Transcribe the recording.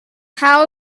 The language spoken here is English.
how